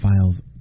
files